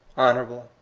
honorable,